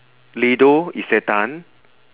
lido isetan